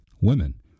Women